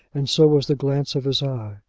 and so was the glance of his eye.